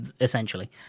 essentially